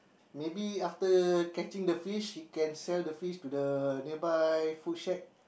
maybe after catching the fish he can sell the fish to the nearby food shack